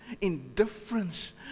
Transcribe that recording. indifference